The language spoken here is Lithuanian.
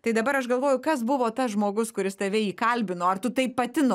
tai dabar aš galvoju kas buvo tas žmogus kuris tave įkalbino ar tu tai pati no